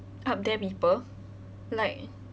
up there people like